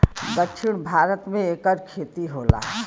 दक्षिण भारत मे एकर खेती होला